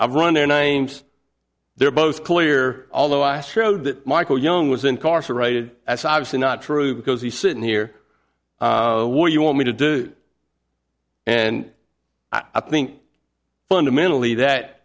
i've run their names they're both clear although i showed that michael young was incarcerated that's obviously not true because he's sitting here where you want me to do and i think fundamentally that